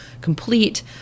complete